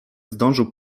zdążył